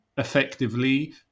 effectively